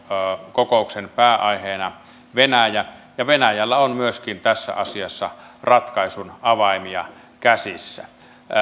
kokouksen pääaiheena venäjä ja venäjällä on myöskin tässä asiassa ratkaisun avaimia käsissä